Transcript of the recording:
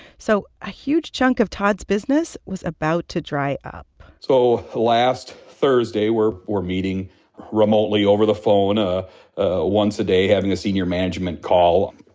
so a huge chunk of todd's business was about to dry up so last thursday, we're we're meeting remotely over the phone ah ah once a day, having a senior management call,